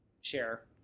share